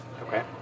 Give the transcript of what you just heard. okay